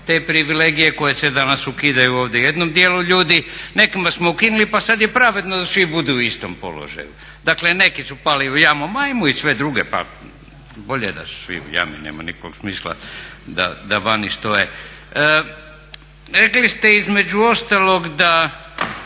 te privilegije koje se danas ukidaju ovdje jednom dijelu ljudi, nekima smo ukinuli pa sada je pravedno da svi budu u istom položaju. Dakle neki su pali u jamu, pa ajmo i sve druge, pa bolje je da su svi u jami, nema nikakvog smisla da vani stoje. Rekli ste između ostalog da